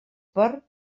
per